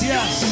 Yes